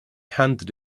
handed